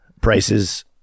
prices